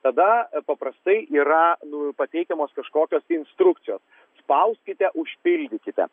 tada paprastai yra pateikiamos kažkokios instrukcijos spauskite užpildykite